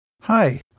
Hi